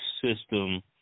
system